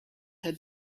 had